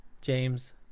James